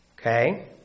Okay